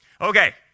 Okay